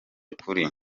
kuri